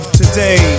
today